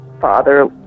father